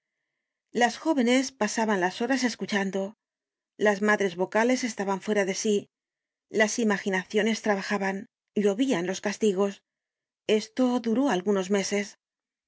las jóvenes pasaban las horas escuchando las madres vocales estaban fuera de sí las imaginaciones trabajaban llovían los castigos esto duró algunos meses